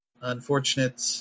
unfortunate